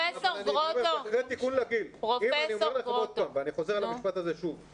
אני אומר לכם עוד פעם ואני חוזר על המשפט הזה שוב.